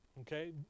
okay